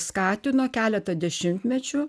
skatino keletą dešimtmečių